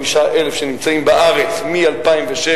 או 45,000 שנמצאים בארץ מ-2006,